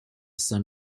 son